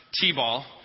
T-ball